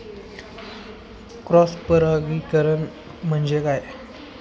Cross परागीकरण म्हणजे काय?